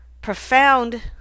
profound